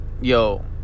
Yo